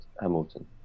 Hamilton